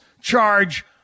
charge